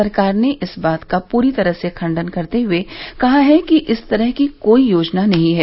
सरकार ने इस बात का पूरी तरह खंडन करते हुए कहा है कि इस तरह की कोई योजना नहीं है